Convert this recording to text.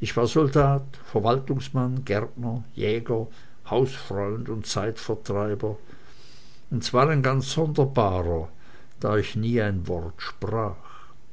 ich war soldat verwaltungsmann gärtner jäger hausfreund und zeitvertreiber und zwar ein ganz sonderbarer da ich nie ein wort sprach